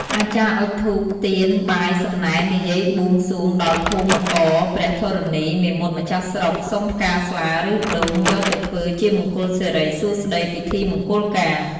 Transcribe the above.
អាចារ្យអុជធូប ទៀន បាយ សំណែន និយាយបួង សួងដល់ភូមិករព្រះធរណី មេមត់ម្ចាស់ស្រុក សុំផ្កាស្លាឬ ដូង យកទៅធ្វើជាមង្គលសិរីសួស្តីពិធីមង្គលការ ។